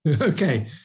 Okay